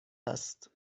است